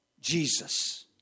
Jesus